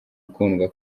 ukundwa